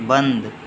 बंद